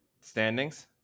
standings